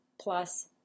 plus